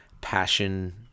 Passion